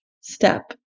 step